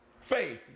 faith